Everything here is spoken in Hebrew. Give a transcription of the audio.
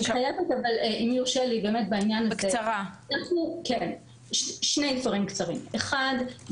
אם יורשה לי בעניין הזה שני דברים קצרים: אחד,